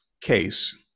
case